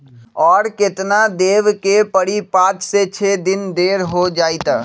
और केतना देब के परी पाँच से छे दिन देर हो जाई त?